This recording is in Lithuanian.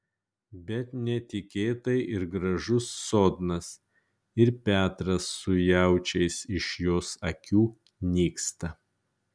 bet netikėtai ir gražus sodnas ir petras su jaučiais iš jos akių nyksta